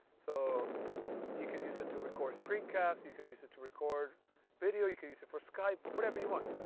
so you can use it to record screencasts you can use it to record video you can use it for skype, whatever you want,